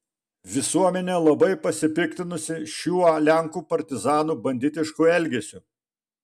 visuomenė labai pasipiktinusi šiuo lenkų partizanų banditišku elgesiu